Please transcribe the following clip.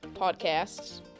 Podcasts